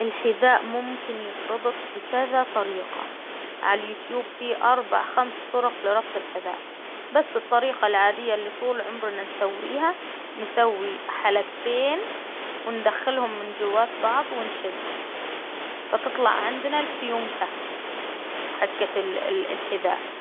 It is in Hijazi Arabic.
الحذاء ممكن يتربط بكذا طريقة، عاليوتيوب فيه أربع خمس طرق لربط الحذاء، بس الطريقة العادية اللي طول عمرنا نسويها، نسوي حلقتين وندخلهم من جواة بعض ونشد، فتطلع عندنا الفيونكة، حجة ال -الحذاء.